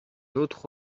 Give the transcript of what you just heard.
autre